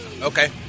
Okay